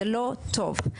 החיבור של צה"ל לנכי צה"ל.